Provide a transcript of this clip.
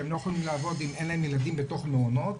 שהם לא יכולים לעבוד אם אין להם ילדים בתוך מעונות,